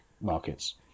markets